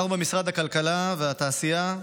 כבר במשרד הכלכלה והתעשייה,